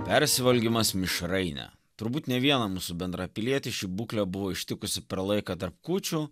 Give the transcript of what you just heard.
persivalgymas mišraine turbūt ne vieną mūsų bendrapilietį ši būklė buvo ištikusi per laiką tarp kūčių